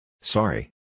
Sorry